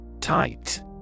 Tight